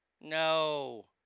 No